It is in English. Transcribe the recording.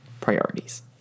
Priorities